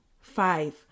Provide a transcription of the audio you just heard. Five